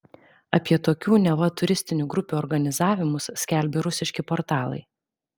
apie tokių neva turistinių grupių organizavimus skelbė rusiški portalai